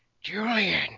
Julian